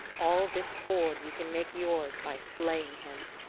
all this hoard you can make yours by slaying him.